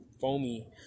foamy